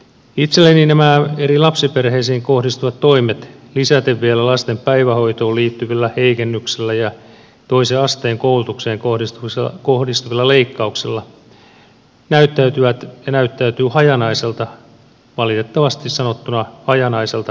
itselleni nämä lapsiperheisiin kohdistuvat eri toimet lisättynä vielä lasten päivähoitoon liittyvillä heikennyksillä ja toisen asteen koulutukseen kohdistuvilla leikkauksilla näyttäytyvät hajanaisena valitettavasti hajanaisena perhepolitiikkana